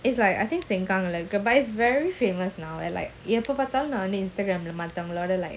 it's like I think seng kang leh but it's very famous now and like எப்போபார்த்தாலும்:epo parthalum Instagram lah மத்தவங்களோட:mathavangaloda like